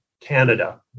canada